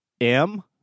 M-